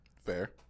Fair